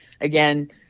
again